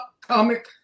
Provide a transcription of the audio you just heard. comic